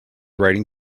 riding